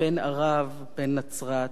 בן נצרת ובני".